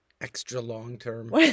extra-long-term